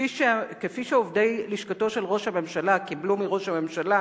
כפי שעובדי לשכתו של ראש הממשלה קיבלו מראש הממשלה,